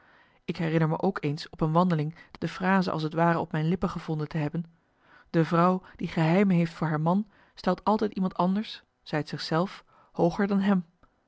ik herinner me ook eens op een wandeling de frase als t ware op mijn lippen gevonden te hebben de vrouw die geheimen heeft voor haar man stelt altijd iemand anders zij t zich zelf hooger dan hem